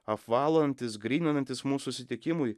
apvalantis gryninantis mus susitikimui